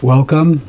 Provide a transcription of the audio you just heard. Welcome